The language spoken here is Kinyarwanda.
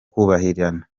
kubabarirana